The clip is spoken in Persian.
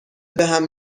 بهم